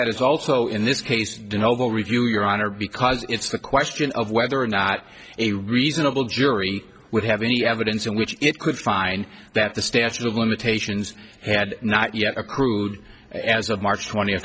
that is also in this case the noble review your honor because it's the question of whether or not a reasonable jury would have any evidence in which it could find that the statute of limitations had not yet accrued but as of march twentieth